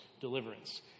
deliverance